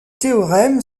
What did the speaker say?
théorème